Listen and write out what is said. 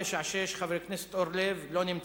1496, חבר הכנסת אורלב, לא נמצא,